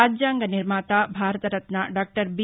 రాజ్యాంగ నిర్మాత Bharat Ratna doctor B